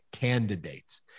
candidates